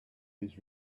his